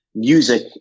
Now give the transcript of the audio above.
music